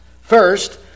first